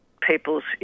people's